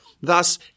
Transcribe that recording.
Thus